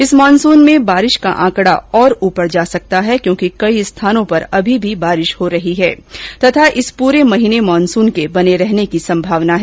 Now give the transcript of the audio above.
इस मानसून में वर्षा का आंकड़ा और ऊपर जा सकता है क्योंकि कई स्थानों पर अभी भी वर्षा हो रही है तथा इस पूरे महीने मानसून बने रहने की संभावना है